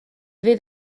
fydd